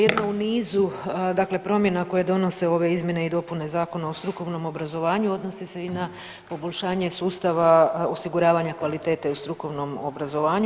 Jedna u nizu, dakle promjena koje donose ove izmjene i dopune Zakona o strukovnom obrazovanju, odnose se i na poboljšanje sustava osiguravanja kvalitete u strukovnom obrazovanju.